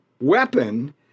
weapon